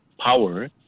power